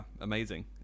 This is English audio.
amazing